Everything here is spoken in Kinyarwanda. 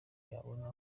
yabona